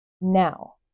Now